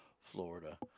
Florida